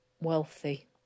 wealthy